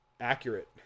accurate